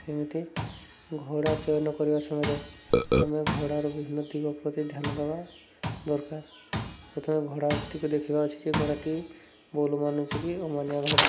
ସେମିତି ଘୋଡ଼ା ଚୟନ କରିବା ସମୟରେ ଆମେ ଘୋଡ଼ାର ବିଭିନ୍ନ ଦିଗ ପ୍ରତି ଧ୍ୟାନ ଦେବା ଦରକାର ପ୍ରଥମେ ଘୋଡ଼ାଟିକୁ ଦେଖିବା ଅଛି ଯେ ଘୋଡ଼ାଟି ବୋଲ ମାନୁଛି କି ଅମାନିଆ ଘୋଡ଼ା